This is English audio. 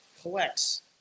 collects